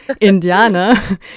Indiana